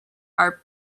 are